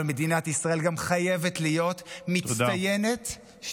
אבל מדינת ישראל גם חייבת להיות מצטיינת תודה רבה.